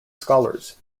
scholars